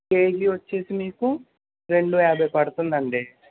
KG వచ్చేసి మీకు రెండూ యాభై పడుతుంది అండి